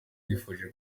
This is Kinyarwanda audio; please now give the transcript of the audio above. yifuje